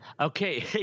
Okay